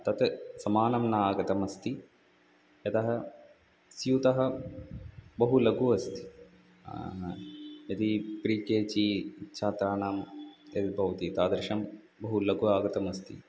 तत् समानं न आगतम् अस्ति यतः स्यूतः बहु लघुः अस्ति यदि प्रि के जि छात्राणाम् एतद्भवति तादृशं बहु लघुः आगतम् अस्ति